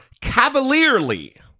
cavalierly